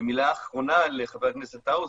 ומילה אחרונה לחבר הכנסת האוזר,